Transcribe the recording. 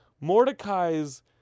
Mordecai's